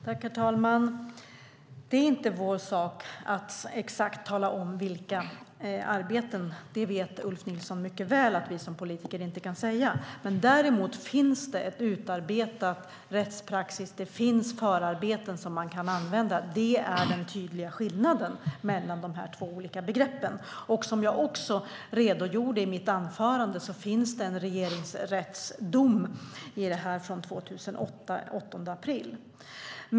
Herr talman! Det är inte vår sak att exakt tala om vilka arbeten det är fråga om. Ulf Nilsson vet mycket väl att vi politiker inte kan säga det. Däremot finns utarbetad rättspraxis. Det finns förarbeten som kan användas. Det är den tydliga skillnaden mellan de två begreppen. Jag redogjorde i mitt anförande för att det finns en regeringsrättsdom från den 8 april 2008.